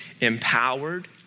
empowered